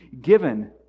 given